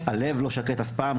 הלב לא שקט אף פעם,